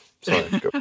Sorry